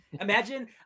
Imagine